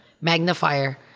magnifier